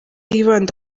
yibanda